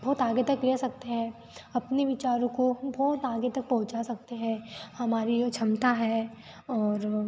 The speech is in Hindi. बहुत आगे तक ले आ सकते हैं अपने विचारों को बहुत आगे तक पहुँचा सकते हैं हमारी जो क्षमता है और